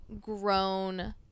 grown